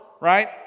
right